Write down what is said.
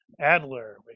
Adler